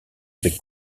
avec